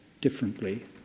differently